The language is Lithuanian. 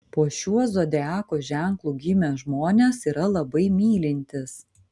po šiuo zodiako ženklu gimę žmonės yra labai mylintys